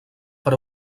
per